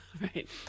Right